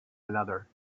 another